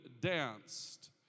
danced